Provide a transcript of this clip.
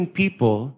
people